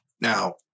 Now